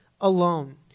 alone